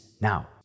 now